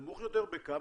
נמוך יותר בכמה?